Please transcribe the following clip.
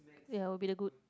ya will be the good